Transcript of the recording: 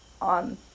on